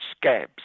scabs